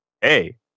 hey